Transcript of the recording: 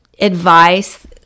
advice